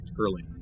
early